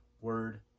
word